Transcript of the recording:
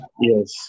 yes